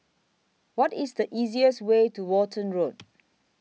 What IS The easiest Way to Walton Road